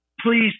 Please